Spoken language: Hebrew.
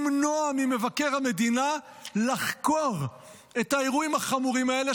למנוע ממבקר המדינה לחקור את האירועים החמורים האלה,